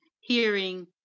hearing